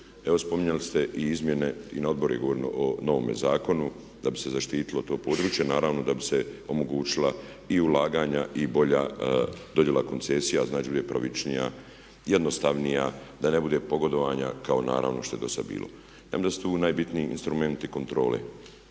Evo spominjali ste i izmjene i na odboru je govoreno o novome zakonu da bi se zaštitilo to područje, naravno da bi se omogućila i ulaganja i bolja dodjela koncesija da bude pravičnija, jednostavnija, da ne bude pogodovanja kao naravno što je dosad bilo. Premda su tu najbitniji instrumenti kontrole,